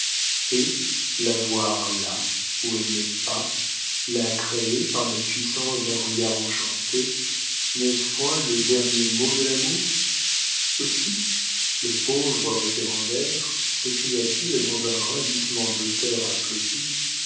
et la voir là où elle n'est pas la créer par la puissance d'un regard enchanté n'est-ce point le dernier mot de l'amour aussi le pauvre référendaire s'écria-t-il dans un ravissement d'auteur applaudi